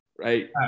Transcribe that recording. right